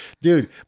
dude